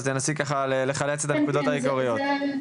אז תנסי לחלץ את הנקודות העיקריות.